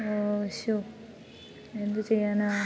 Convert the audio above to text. ശോ എന്തു ചെയ്യാനാണ്